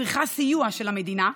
צריכה סיוע של המדינה,